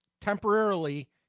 temporarily